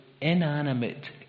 inanimate